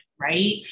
right